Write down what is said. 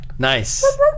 Nice